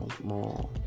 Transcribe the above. more